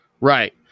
Right